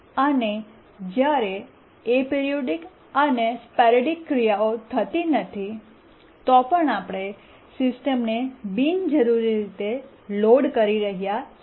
અને જ્યારે એપિરીયોડીક અને સ્પોરૈડિક ક્રિયાઓ થતી નથી તો પણ આપણે સિસ્ટમને બિનજરૂરી રીતે લોડ કરી રહ્યા છીએ